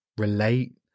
Relate